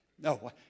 no